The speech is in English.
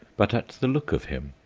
but at the look of him.